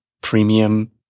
premium